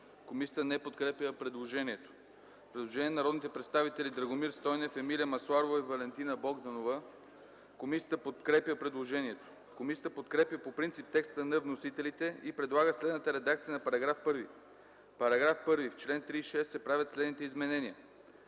Комисията не подкрепя предложението. Предложение на народните представители Драгомир Стойнев, Емилия Масларова и Валентина Богданова. Комисията подкрепя предложението. Комисията подкрепя по принцип текста на вносителите и предлага следната редакция на § 1: „§ 1. В чл. 36 се правят следните изменения: